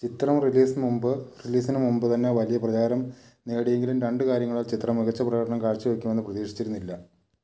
ചിത്രം റിലീസിന് മുമ്പ് തന്നെ വലിയ പ്രചാരം നേടിയെങ്കിലും രണ്ട് കാര്യങ്ങളാൽ ചിത്രം മികച്ച പ്രകടനം കാഴ്ചവെക്കുമെന്ന് പ്രതീക്ഷിച്ചിരുന്നില്ല